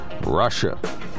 Russia